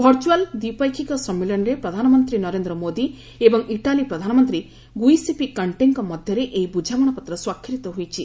virtual ଦ୍ୱିପାକ୍ଷିକ ସମ୍ମିଳନୀରେ ପ୍ରଧାନମନ୍ତ୍ରୀ ନରେନ୍ଦ୍ର ମୋଦି ଏବଂ ପ୍ରଟାଲୀ ପ୍ରଧାନମନ୍ତ୍ରୀ ଗ୍ରଇସେପି କଣ୍ଟେଙ୍କ ମଧ୍ୟରେ ଏହି ବୃଝାମଣାପତ୍ର ସ୍ୱାକ୍ଷରିତ ହୋଇଛି